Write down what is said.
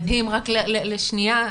רק לשניה,